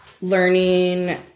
learning